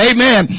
Amen